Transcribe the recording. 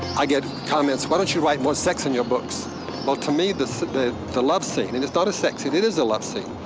i get comments, why don't you write more sex in your books? well to me the the love scene, it is not a sex scene, it is a love scene,